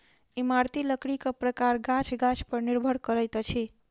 इमारती लकड़ीक प्रकार गाछ गाछ पर निर्भर करैत अछि